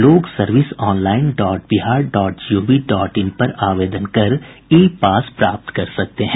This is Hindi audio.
लोग service online dot Bihar dot G O V dot in पर आवेदन कर ई पास प्राप्त कर सकते हैं